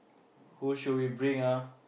who should we bring ah